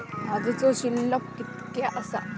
आजचो शिल्लक कीतक्या आसा?